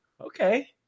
Okay